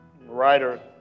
writer